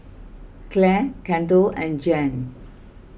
Clare Kendall and Jan